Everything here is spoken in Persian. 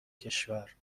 کشور